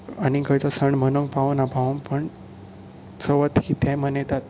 आनी खंयचोय सण मनोवंक पावं ना पावो पण चवथ ही ते मनयतात